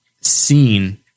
seen